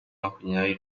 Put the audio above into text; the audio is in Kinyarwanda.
makumyabiri